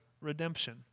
redemption